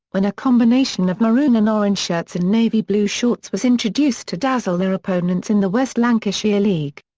when a combination of maroon and orange shirts and navy blue shorts was introduced to dazzle their opponents in the west lancashire league.